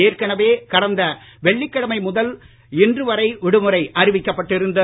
ஏற்கனவே கடந்த வெள்ளிக்கிழமை முதல் இன்று வரை விடுமுறை அறிவிக்கப்பட்டிருந்தது